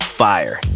fire